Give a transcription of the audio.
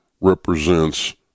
represents